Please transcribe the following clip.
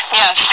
yes